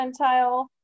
percentile